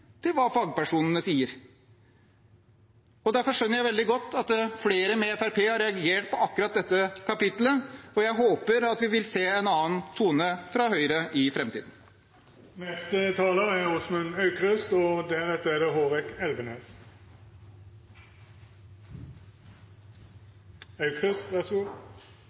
til hva fagpersonene sier. Derfor skjønner jeg veldig godt at flere med Fremskrittspartiet har reagert på akkurat dette kapitlet, og jeg håper vi vil høre en annen tone fra Høyre i